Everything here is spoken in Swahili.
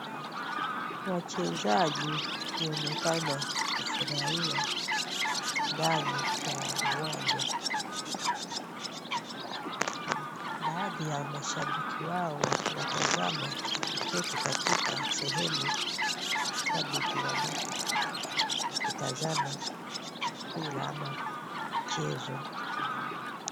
Wachezaji wakionekana kufurahia ndani ya uwanja. Baadhi ya mashabiki wao wakiwatazama walioketi katika sehemu ya mashabiki wanapokaa wakitazama mpira ama mchezo fulani.